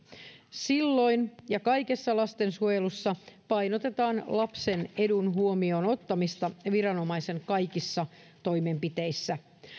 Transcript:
silloin ja kaikessa lastensuojelussa painotetaan lapsen edun huomioon ottamista viranomaisen kaikissa toimenpiteissä